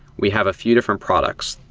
we have a few different products.